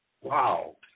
Wow